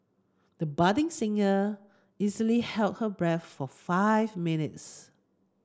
the budding singer easily held her breath for five minutes